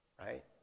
right